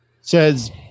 says